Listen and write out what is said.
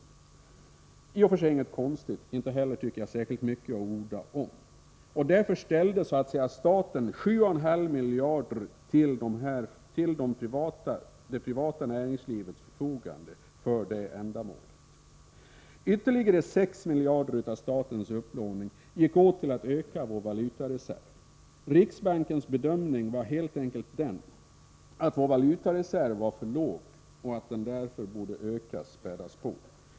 Det är i och för sig inget konstigt, och inte heller någonting att orda om särskilt mycket. Därför ställde staten 7,5 miljarder till det privata näringslivets förfogande för det ändamålet. Ytterligare 6 miljarder av statens upplåning gick åt till att öka vår valutareserv. Riksbankens bedömning var helt enkelt den att vår valutareserv var för låg och att den därför borde ökas och spädas på.